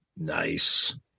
Nice